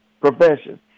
profession